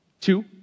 Two